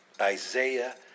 Isaiah